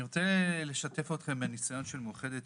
אני רוצה לשתף אתכם בניסיון של המאוחדת,